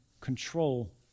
control